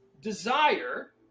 desire